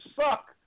suck